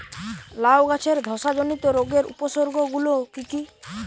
লাউ গাছের ধসা জনিত রোগের উপসর্গ গুলো কি কি?